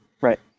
Right